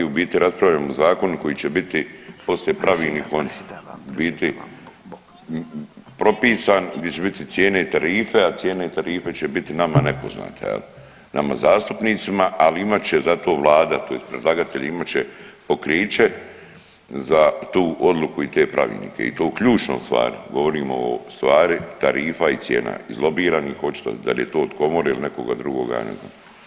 U biti raspravljamo o zakonu koji će biti poslije pravilnikom u biti propisan, gdje će biti cijene i tarife, a cijene i tarife će biti nama nepoznate jel, nama zastupnicima, ali imat će zato vlada tj. predlagatelji imat će pokriće za tu odluku i te pravilnike i to u ključnoj stvari, govorimo o stvari tarifa i cijena, izlobiranih očito da li je to od komore ili nekoga drugoga ja ne znam.